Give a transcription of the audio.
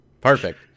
Perfect